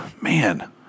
man